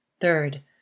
Third